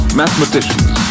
mathematicians